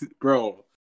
Bro